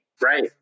Right